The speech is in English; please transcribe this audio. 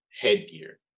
headgear